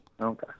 Okay